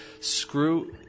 screw